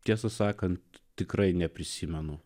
tiesą sakant tikrai neprisimenu